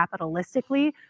capitalistically